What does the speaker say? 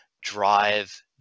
drive